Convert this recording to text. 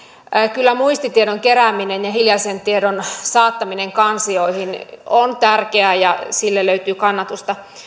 kyllä muistitiedon kerääminen ja hiljaisen tiedon saattaminen kansioihin on tärkeää ja sille löytyy kannatusta